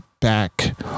back